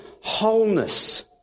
wholeness